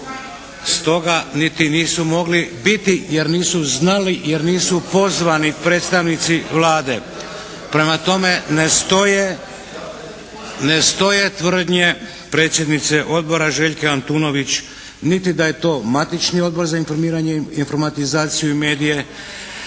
stoga niti nisu mogli biti jer nisu znali, jer nisu pozvani predstavnici Vlade. Prema tome, ne stoje tvrdnje predsjednice Odbora Željke Antunović niti da je to matični Odbor za informiranje, informatizaciju i medije,